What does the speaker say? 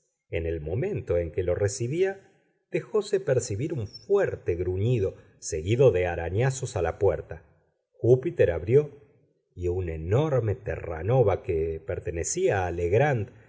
en el momento en que lo recibía dejóse percibir un fuerte gruñido seguido de arañazos a la puerta júpiter abrió y un enorme terranova que pertenecía